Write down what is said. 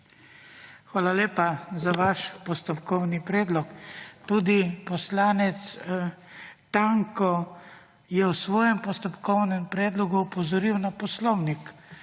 Hvala lepa za vaš postopkovni predlog. Tudi poslanec Tanko je v svojem postopkovnem predlogu opozoril na poslovnik,